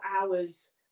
hours